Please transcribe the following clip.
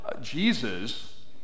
Jesus